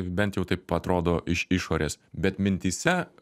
bent jau taip atrodo iš išorės bet mintyse